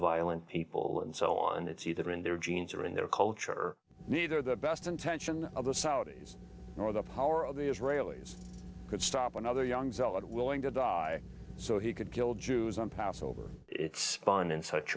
violent people and so on it's either in their genes or in their culture neither the best intention of the saudis or the power of the israelis could stop another young zealot willing to die so he could kill jews on passover it's done in such